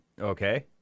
Okay